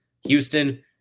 Houston